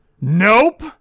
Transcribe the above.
Nope